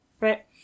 right